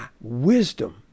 wisdom